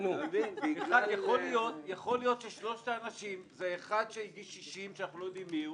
יכול להיות ששלושת האנשים זה אחד שהגיש 60 שאנחנו לא יודעים מיהו.